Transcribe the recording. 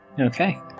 Okay